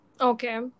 okay